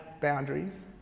boundaries